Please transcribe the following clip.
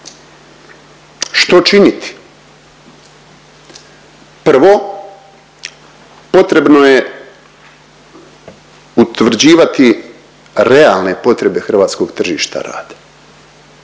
Što činiti? Prvo potrebno je utvrđivati realne potrebe hrvatskog tržišta rada.